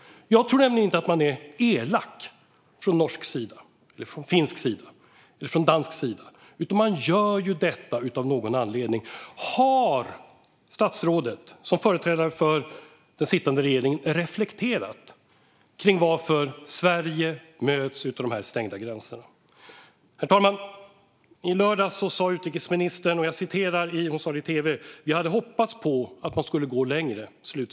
Jag tror nämligen inte att man är elak från norsk sida, från finsk sida eller från dansk sida, utan man gör detta av någon anledning. Har statsrådet som företrädare för den sittande regeringen reflekterat över varför Sverige möts av dessa stängda gränser? Herr talman! I lördags sa utrikesministern i tv: Vi hade hoppats på att man skulle gå längre.